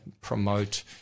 promote